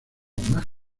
más